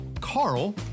Carl